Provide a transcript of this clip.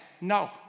No